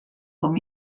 com